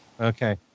Okay